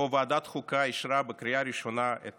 שבו ועדת חוקה אישרה לקריאה ראשונה את